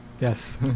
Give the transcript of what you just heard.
Yes